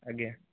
ଆଜ୍ଞା